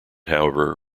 however